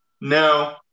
No